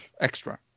Extra